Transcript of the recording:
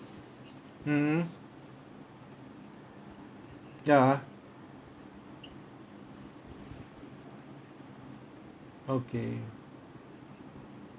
mmhmm ya okay